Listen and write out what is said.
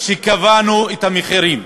קבענו את המחירים?